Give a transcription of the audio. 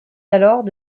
alors